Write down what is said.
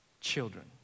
children